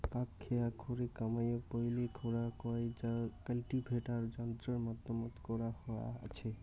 পাকখেয়া খোরে কামাইয়ক পৈলা খোরা কয় যা কাল্টিভেটার যন্ত্রর মাধ্যমত করা হয়া আচে